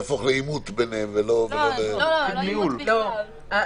ה והיא ממשיכה להתנהל לבין זה שאנחנו